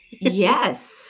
Yes